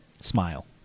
smile